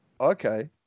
Okay